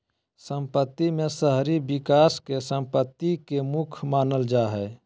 सम्पत्ति में शहरी विकास के सम्पत्ति के मुख्य मानल जा हइ